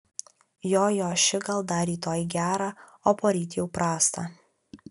jo jo ši gal dar rytoj gerą o poryt jau prastą